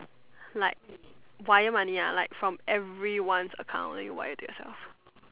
like wire money ah like from everyone's account you wire to yourself